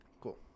Cool